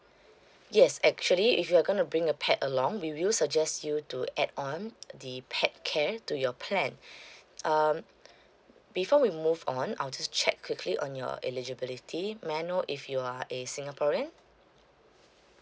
yes actually if you are going to bring a pet along we will suggest you to add on the pet care to your plan um before we move on I'll just check quickly on your eligibility may I know if you are a singaporean